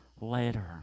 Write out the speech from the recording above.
later